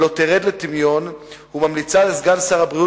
לא תרד לטמיון וממליצה לסגן שר הבריאות